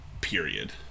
period